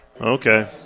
Okay